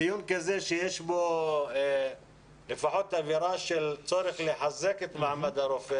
בדיון כזה שיש בו לפחות אווירה של צורך לחזק את מעמד המורה